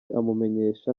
amumenyesha